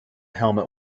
helmet